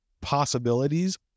possibilities